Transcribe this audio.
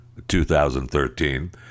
2013